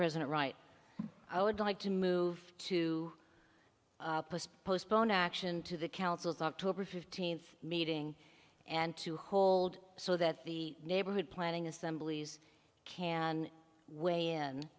president right i would like to move to postpone action to the council's october fifteenth meeting and to hold so that the neighborhood planning assemblies can weigh in